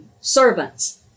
servants